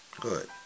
Good